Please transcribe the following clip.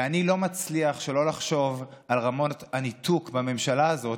ואני לא מצליח שלא לחשוב על רמות הניתוק בממשלה הזאת,